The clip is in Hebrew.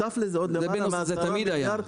זה תמיד היה.